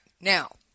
now